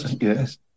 Yes